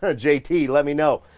ah j t, let me know.